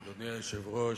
אדוני היושב-ראש,